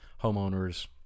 homeowners